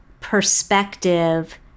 perspective